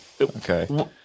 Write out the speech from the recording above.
Okay